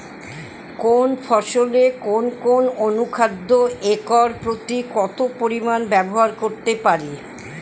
কোন ফসলে কোন কোন অনুখাদ্য একর প্রতি কত পরিমান ব্যবহার করতে পারি?